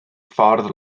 ffordd